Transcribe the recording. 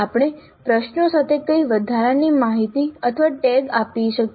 આપણે પ્રશ્નો સાથે કઈ વધારાની માહિતી અથવા ટેગ આપી શકીએ